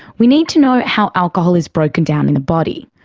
we need to know how alcohol is broken down in the body.